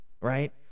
right